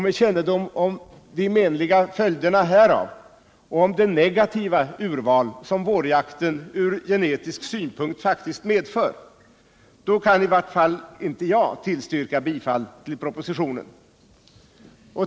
Med kännedom om de menliga följderna härav och av det negativa urval som vårjakten ur genetisk synvinkel faktiskt medför kan i vart fall inte jag tillstyrka bifall till propositionen.